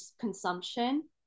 consumption